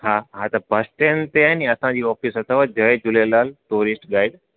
हा हा त बस स्टैंड ते आहे नी असांजी ऑफिस अथव जय झूलेलाल टूरिश्ट गाइड